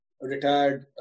retired